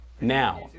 Now